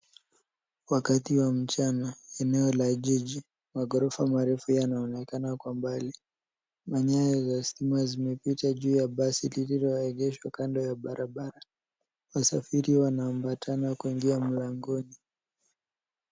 Wakati wa mchana, eneo la jiji, maghorofa marefu yanaonekana kwa mbali na nyaya za stima zimepita juu ya basi lililoegeshwa kando ya barabara. Wasafiri wanaambatana kwa njia ya mlangoni.